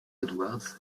edwards